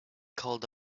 called